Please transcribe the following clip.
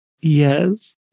Yes